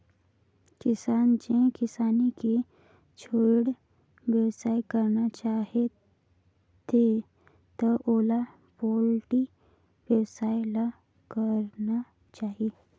किसान जेहर किसानी के छोयड़ बेवसाय करना चाहथे त ओला पोल्टी बेवसाय ल करना चाही